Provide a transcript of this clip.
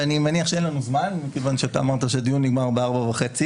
ואני מניח שאין לנו זמן כי אמרת שהדיון נגמר ב-16:30,